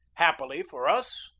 hap pily for us,